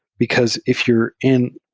because if you're in